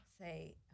say